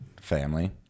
family